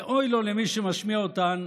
ואוי לו למי שמשמיע אותן,